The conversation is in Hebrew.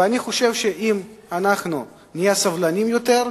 ואני חושב שאם אנחנו נהיה סבלניים יותר,